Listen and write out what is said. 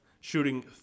shooting